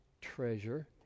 treasure